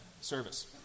service